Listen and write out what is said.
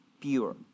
pure